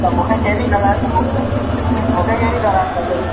त मूंखे कहिड़ी कराइण खपे मूंखे कहिड़ी कराइण खपे